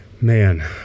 Man